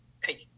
Hey